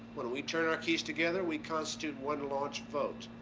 when we turn our keys together, we constitute one launch vote.